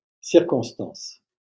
circonstances